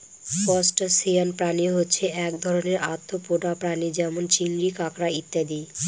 crustacean প্রাণী হচ্ছে এক ধরনের আর্থ্রোপোডা প্রাণী যেমন চিংড়ি, কাঁকড়া ইত্যাদি